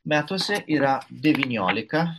metuose yra devyniolika